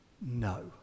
no